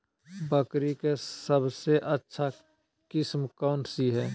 बकरी के सबसे अच्छा किस्म कौन सी है?